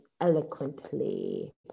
eloquently